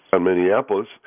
Minneapolis